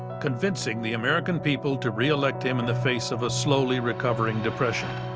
convincing the american people to reelect him in the face of a slowly recovering depression.